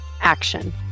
action